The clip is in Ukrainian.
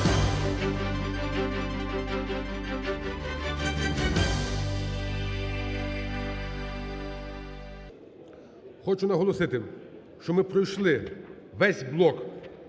Хочу наголосити, що ми пройшли весь блок